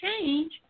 change